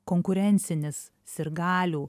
konkurencinis sirgalių